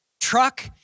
truck